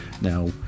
Now